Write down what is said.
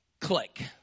Click